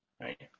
Right